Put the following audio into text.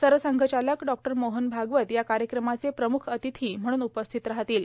सरसंघचालक डॉ मोहन आगवत या कार्यक्रमाचे प्रमुख अतिथी म्हणून उपस्थित राहतील